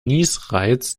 niesreiz